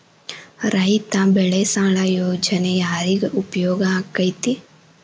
ರೈತ ಬೆಳೆ ಸಾಲ ಯೋಜನೆ ಯಾರಿಗೆ ಉಪಯೋಗ ಆಕ್ಕೆತಿ?